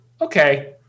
okay